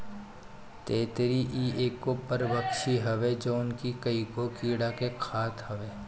ततैया इ एगो परभक्षी हवे जवन की कईगो कीड़ा के खात हवे